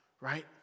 right